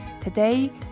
Today